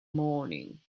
morning